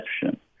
perception